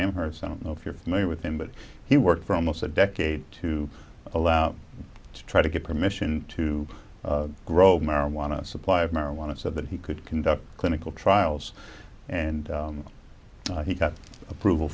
amherst i don't know if you're familiar with him but he worked for almost a decade to allow to try to get permission to grow marijuana supply of marijuana so that he could conduct clinical trials and and he got approval